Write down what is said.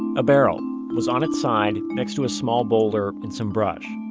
a barrel was on its side next to a small boulder in some brush.